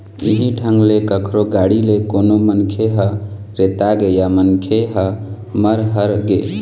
इहीं ढंग ले कखरो गाड़ी ले कोनो मनखे ह रेतागे या मनखे ह मर हर गे